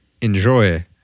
Enjoy